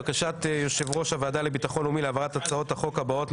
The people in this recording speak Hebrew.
בקשת יושב ראש הוועדה לביטחון לאומי להעברת הצעות החוק הבאות,